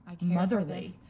motherly